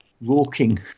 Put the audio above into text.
walking